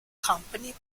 company